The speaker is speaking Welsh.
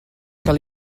cael